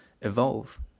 evolve